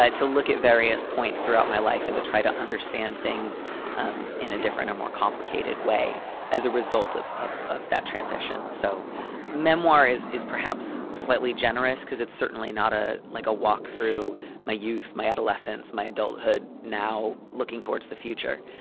to look at various points throughout my life and to try to understand things um in a different or more complicated way as a result of of that transition. so memoir is is perhaps slightly generous cause it's certainly not ah like a walk through my youth, my adolescence, my adulthood now looking towards the future.